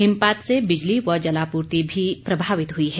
हिमपात से बिजली व जलापूर्ति भी प्रभावित हुई है